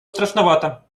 страшновато